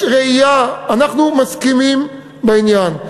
מסכימים בעניין.